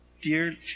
dear